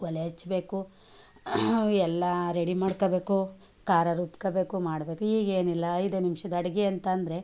ಒಲೆ ಹಚ್ಚಬೇಕು ಎಲ್ಲ ರೆಡಿ ಮಾಡ್ಕೊಬೇಕು ಖಾರ ರುಬ್ಕೋಬೇಕು ಮಾಡಬೇಕು ಈಗೇನಿಲ್ಲ ಐದು ನಿಮಿಷದ ಅಡುಗೆ ಅಂತ ಅಂದರೆ